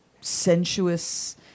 sensuous